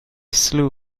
slew